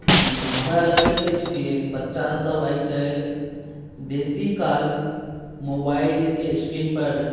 हमरा लगैत अछि कि बच्चासभ आइकाल्हि बेसी काल मोबाइलके स्क्रीनपर